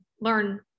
learn